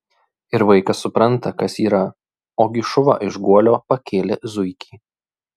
ir vaikas supranta kas yra ogi šuva iš guolio pakėlė zuikį